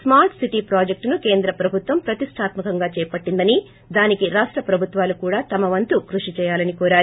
స్కూర్ల్ city ప్రాజెక్టును కేంద్ర ప్రభుత్వం ప్రతిష్టాత్మ కంగా చేపట్లిందని దానికి రాష్ట ప్రభుత్వాలు కూడా తమ వంతు కృషి చేయాలని కోరారు